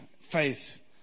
faith